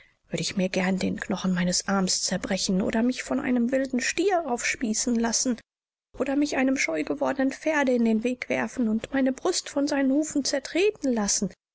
würde ich mir gern den knochen meines arms zerbrechen oder mich von einem wilden stier aufspießen lassen oder mich einem scheu gewordenen pferde in den weg werfen und meine brust von seinen hufen zertreten lassen